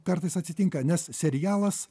kartais atsitinka nes serialas